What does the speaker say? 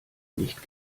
nicht